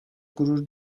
gurur